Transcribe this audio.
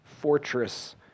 fortress